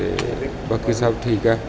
ਅਤੇ ਬਾਕੀ ਸਭ ਠੀਕ ਹੈ